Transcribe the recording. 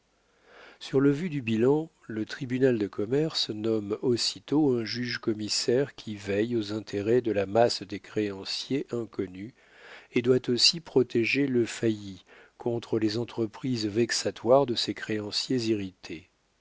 sur le vu du bilan le tribunal de commerce nomme aussitôt un juge commissaire qui veille aux intérêts de la masse des créanciers inconnus et doit aussi protéger le failli contre les entreprises vexatoires de ses créanciers irrités